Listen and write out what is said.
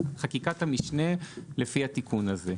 חקיקת המשנה לפי התיקון הזה.